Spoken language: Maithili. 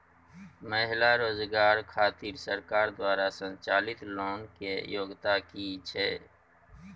महिला रोजगार खातिर सरकार द्वारा संचालित लोन के योग्यता कि छै?